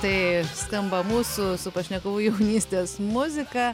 tai skamba mūsų pašnekovų jaunystės muzika